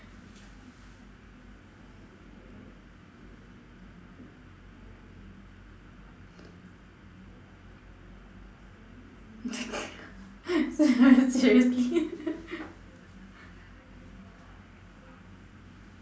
seriously